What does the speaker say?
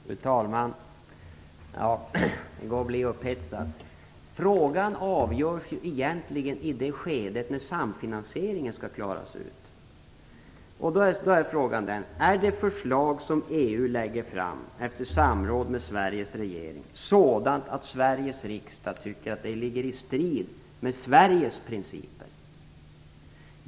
Fru talman! Andreas Carlgren blir upphetsad. Frågan avgörs egentligen i det skedet när samfinansieringen skall klaras ut. Då är frågan den: Är det förslag som EU lägger fram efter samråd med Sveriges riksdag sådant att Sveriges riksdag tycket att det är i strid med Sveriges principer?